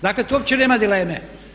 Dakle tu opće nema dileme.